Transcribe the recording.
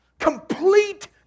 Complete